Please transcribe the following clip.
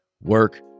work